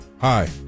Hi